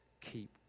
Keep